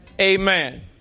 Amen